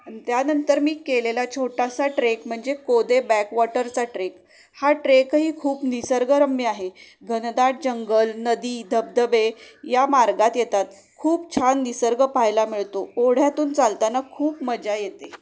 अन् त्यानंतर मी केलेला छोटासा ट्रेक म्हणजे कोदे बॅक वॉटरचा ट्रेक हा ट्रेकही खूप निसर्गरम्य आहे घनदाट जंगल नदी धबधबे या मार्गात येतात खूप छान निसर्ग पहायला मिळतो ओढ्यातून चालताना खूप मजा येते